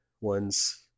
ones